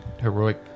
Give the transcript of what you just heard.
heroic